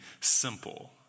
simple